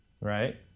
right